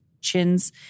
chins